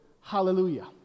hallelujah